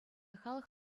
халӑх